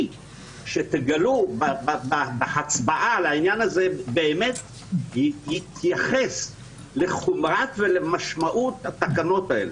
שתגלו בהצבעה על העניין הזה יתייחס לחומרת התקנות האלה ולמשמעות שלהן.